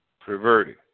perverted